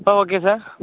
ah okay sir